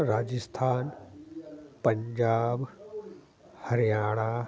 Rajasthan Punjab Haryana